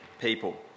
people